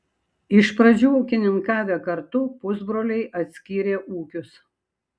iš pradžių ūkininkavę kartu pusbroliai atskyrė ūkius